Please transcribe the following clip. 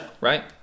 right